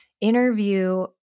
interview